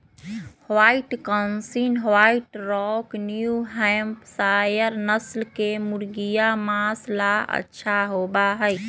white Cornish, white rock, New Hampshire नस्ल के मुर्गियन माँस ला अच्छा होबा हई